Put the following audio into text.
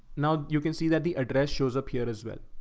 now you can see that the address shows up here as but